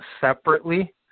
separately